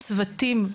הצוותים,